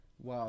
Wow